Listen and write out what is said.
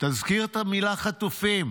תזכיר את המילה חטופים.